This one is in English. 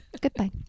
goodbye